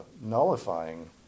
nullifying